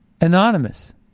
anonymous